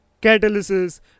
catalysis